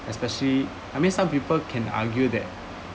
especially I mean some people can argue that